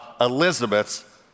Elizabeth's